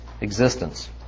existence